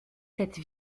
cette